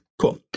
cool